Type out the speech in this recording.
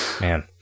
Man